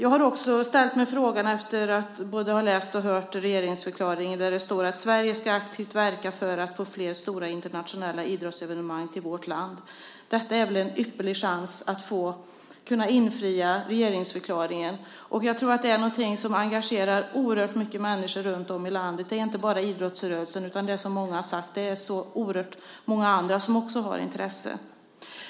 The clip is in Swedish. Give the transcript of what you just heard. Efter att ha både läst och hört regeringsförklaringen, där det står: "Sverige ska aktivt verka för att få fler stora internationella idrottsevenemang till vårt land", tycker jag att detta är en ypperlig chans att infria regeringsförklaringen. Jag tror att det är någonting som engagerar oerhört många människor runtom i landet, inte bara idrottsrörelsen utan oerhört många andra som har intresset.